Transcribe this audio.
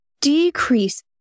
decrease